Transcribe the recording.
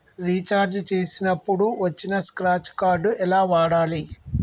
Recharge చేసినప్పుడు వచ్చిన scratch card ఎలా వాడాలి?